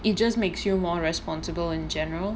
it just makes you more responsible in general